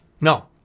no